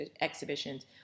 exhibitions